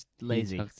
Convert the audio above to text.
lazy